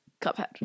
Cuphead